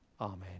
Amen